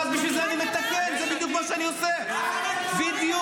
ארבעה שופטים --- לא, היו תשעה,